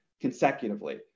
consecutively